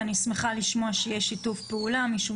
ואני שמחה לשמוע שיש שיתוף פעולה משום